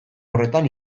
horretan